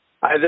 Hi